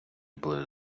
були